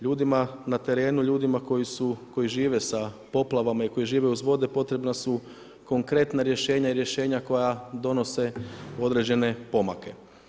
Ljudima na terenu, ljudima koji su, koji žive sa poplavama i koji žive uz vode potrebna su konkretna rješenja i rješenja koja donose određene pomake.